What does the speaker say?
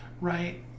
Right